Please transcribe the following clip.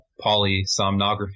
polysomnography